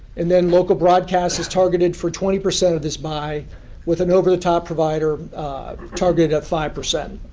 and then local broadcast is targeted for twenty percent of this buy with an over-the-top provider targeted at five percent.